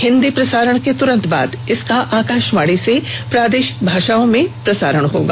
हिन्दी प्रसारण के तुरंत बाद इसका आकाशवाणी से प्रार्देशिक भाषाओं में प्रसारण होगा